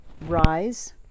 RISE